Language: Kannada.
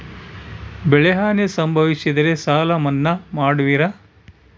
ಬೆಳೆಹಾನಿ ಸಂಭವಿಸಿದರೆ ಸಾಲ ಮನ್ನಾ ಮಾಡುವಿರ?